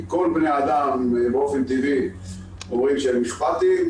כי כל בני האדם באופן טבעי אומרים שהם אכפתיים,